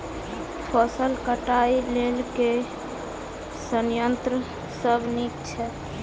फसल कटाई लेल केँ संयंत्र सब नीक छै?